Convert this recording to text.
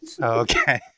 Okay